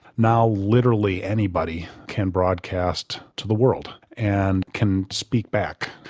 now literally anybody can broadcast to the world and can speak back.